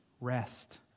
rest